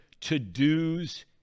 to-dos